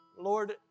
Lord